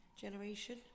generation